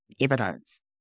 evidence